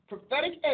Prophetic